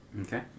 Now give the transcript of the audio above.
Okay